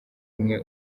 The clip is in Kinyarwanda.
umwe